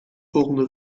volgende